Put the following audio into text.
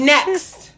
Next